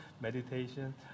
meditation